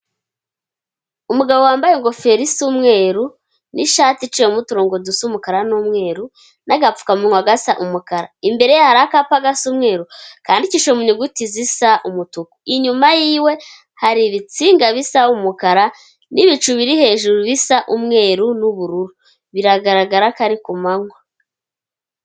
Umugabo wambaye ingofero isa umweruru, n'ishati iciyemo uturongo dusa umukara n'umweru, n'agapfukamunwa gasa umukara. Imbere ye hari akapa agasa umweru, kandidikishije mu nyuguti zisa umutuku. Inyuma y'iwe hari ibitsinga bisa umukara, n'ibicu biri hejuru bisa umweru n'ubururu. Biragaragara ko ari ku mankwa.